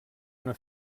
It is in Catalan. una